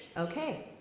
okay.